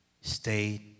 Stay